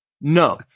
No